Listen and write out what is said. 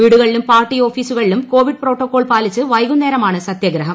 വീടുകളിലും പാർട്ടി ഓഫീസുകളിലും Covid protocol പാലിച്ച് വൈകുന്നേരമാണ് സത്യഗ്രഹം